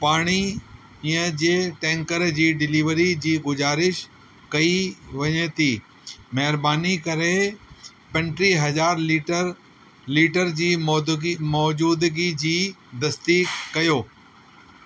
पाणी पाणीअ जे टैंकर जी डिलीवरी जी गुज़ारिश कई वञे थी महिरबानी करे पंटीह हज़ार लीटर लीटर जी मौदिगी मौज़ूदगी जी दस्ती कयो